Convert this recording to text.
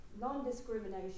non-discrimination